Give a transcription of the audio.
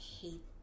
hate